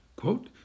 Quote